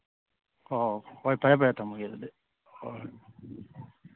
ꯑꯣ ꯑꯣ ꯍꯣꯏ ꯐꯔꯦ ꯐꯔꯦ ꯊꯝꯃꯒꯦ ꯑꯗꯨꯗꯤ ꯍꯣꯏ ꯍꯣꯏ